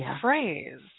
phrase